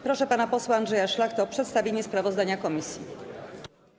Proszę pana posła Andrzeja Szlachtę o przedstawienie sprawozdania komisji.